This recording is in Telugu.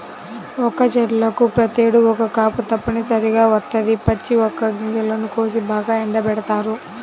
వక్క చెట్లకు ప్రతేడు ఒక్క కాపు తప్పనిసరిగా వత్తది, పచ్చి వక్క గింజలను కోసి బాగా ఎండబెడతారు